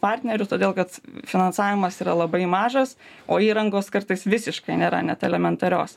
partnerių todėl kad finansavimas yra labai mažas o įrangos kartais visiškai nėra net elementarios